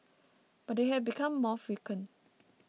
but they have become more frequent